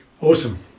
Awesome